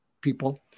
people